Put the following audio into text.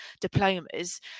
diplomas